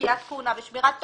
פקיעת כהונה ושמירת תוקף,